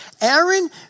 Aaron